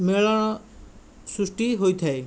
ମେଳଣ ସୃଷ୍ଟି ହୋଇଥାଏ